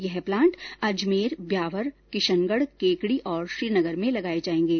यह प्लांट अजमेर ब्यावर किशनगढ़ केकड़ी और श्रीनगर में लगाए जाएंगे